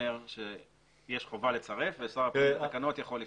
אומר שיש חובה לצרף ושר הפנים בתקנות יכול לפטור.